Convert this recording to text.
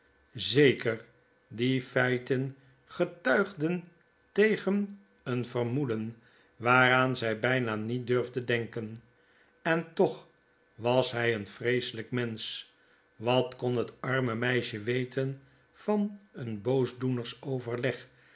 zeker die feiten getuigden tegen een vermoeden waaraan zy bflna niet durfde denken en toch was hy een vreeseljjk mensch wat kon het arme meisje weten van een boosdoeners overleg